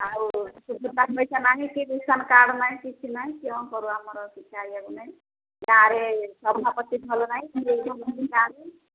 ଆଉ ସୁଭଦ୍ରା ପଇସା ନାହିଁ କି ରାସନ କାର୍ଡ଼ ନାହିଁ କିଛି ନାହିଁ କ'ଣ କରୁ ଆମର ନାହିଁ ଗାଁରେ ସଭାପତି ଭଲ ନାହିଁ ଗାଁରେ